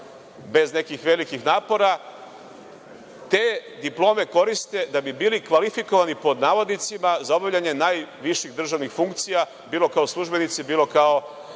bez nekih velikih napora, te diplome koriste da bi bili „kvalifikovani“ za obavljanje najviših državnih funkcija bilo kao službenici, bilo kao